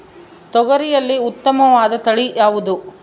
ತೊಗರಿಯಲ್ಲಿ ಉತ್ತಮವಾದ ತಳಿ ಯಾವುದು?